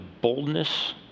boldness